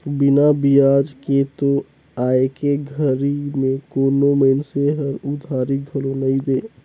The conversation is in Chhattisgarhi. बिना बियाज के तो आयके घरी में कोनो मइनसे हर उधारी घलो नइ दे